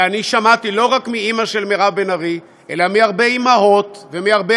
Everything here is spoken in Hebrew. ואני שמעתי לא רק מאימא של מירב בן ארי אלא מהרבה אימהות ומהרבה